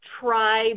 try